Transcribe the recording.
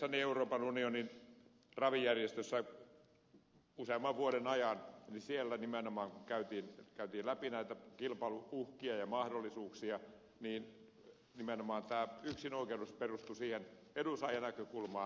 toimiessani euroopan unionin ravijärjestössä useamman vuoden ajan siellä nimenomaan käytiin läpi näitä kilpailu uhkia ja mahdollisuuksia ja nimenomaan tämä yksinoikeudellisuus perustui edunsaajanäkökulmaan